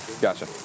Gotcha